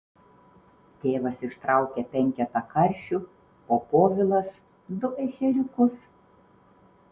tėvas ištraukia penketą karšių o povilas du ešeriukus